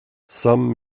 some